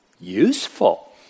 useful